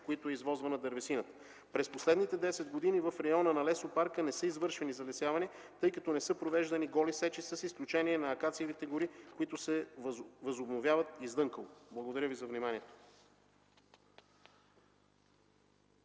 които е извозвана дървесината. През последните десет години в района на лесопарка не са извършвани залесявания, тъй като не са провеждани голи сечи с изключение на акациевите гори, които се възобновяват издънково. Благодаря Ви за вниманието.